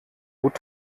gut